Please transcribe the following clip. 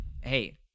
Hey